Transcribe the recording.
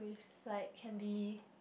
like can be